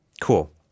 cool